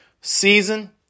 season